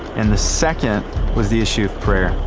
and the second was the issue of prayer.